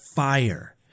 fire